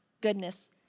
goodness